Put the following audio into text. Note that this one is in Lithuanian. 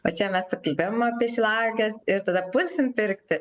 va čia mes pakalbėjom apie šilauoges ir tada pulsim pirkti